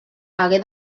hagué